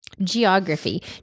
Geography